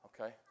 Okay